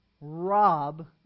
rob